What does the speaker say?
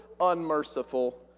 unmerciful